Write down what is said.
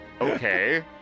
Okay